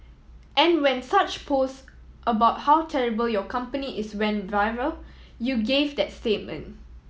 and when such posts about how terrible your company is went viral you gave that statement